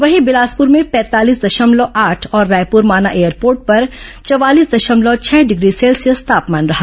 वहीं बिलासपुर में पैंतालीस दशमलव आठ और रायपुर माना एयरपोर्ट पर चवालीस दशमलव छह डिग्री सेल्सियस तापमान रहा